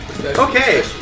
Okay